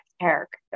character